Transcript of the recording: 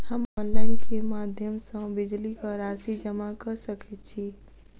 हम ऑनलाइन केँ माध्यम सँ बिजली कऽ राशि जमा कऽ सकैत छी?